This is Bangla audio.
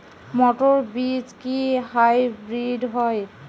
মটর বীজ কি হাইব্রিড হয়?